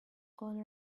gonna